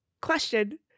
Question